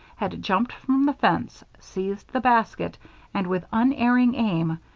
had jumped from the fence, seized the basket and, with unerring aim,